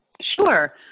Sure